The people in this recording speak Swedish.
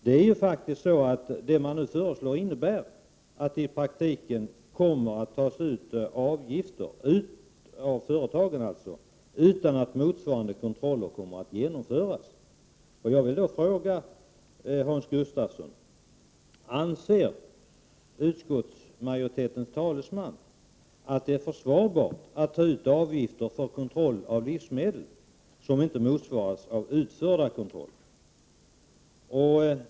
Det är faktiskt så att det man nu föreslår innebär att det i praktiken kommer att tas ut en avgift av företagen utan att motsvarande kontroll har genomförts. Jag vill fråga Hans Gustafsson: Anser utskottsmajoritetens talesman att det är försvarbart att ta ut avgift för kontroll av livsmedel som inte motsvaras av utförd kontroll?